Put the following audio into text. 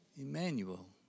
Emmanuel